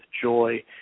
joy